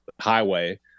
highway